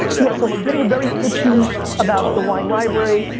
yeah so i'm like getting very itchy about the wine library.